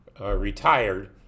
retired